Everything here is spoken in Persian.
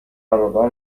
برابر